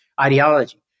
ideology